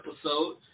episode